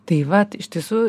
tai vat iš tiesų